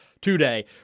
today